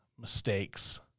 mistakes